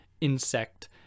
insect